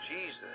Jesus